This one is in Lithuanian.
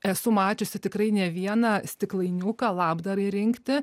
esu mačiusi tikrai ne vieną stiklainiuką labdarai rinkti